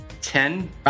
Ten